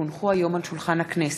כי הונחו היום על שולחן הכנסת,